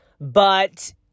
but-